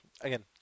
Again